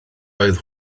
oedd